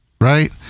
right